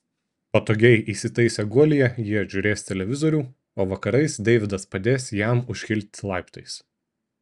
patogiai įsitaisę guolyje jie žiūrės televizorių o vakarais deividas padės jam užkilti laiptais